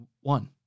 One